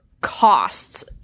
costs